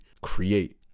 create